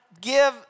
give